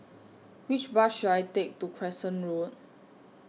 Which Bus should I Take to Crescent Road